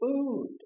food